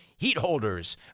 Heatholders